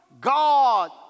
God